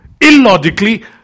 Illogically